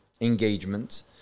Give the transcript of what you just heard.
engagement